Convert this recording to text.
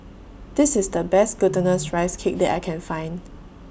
This IS The Best Glutinous Rice Cake that I Can Find